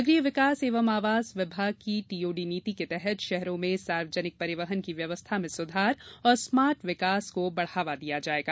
नगरीय विकास एवं आवास विभाग की टीओडी नीति के तहत शहरों में सार्वजनिक पनिवहन की व्यवस्था में सुधार और स्मार्ट विकास को बढ़ावा दिया जायेगा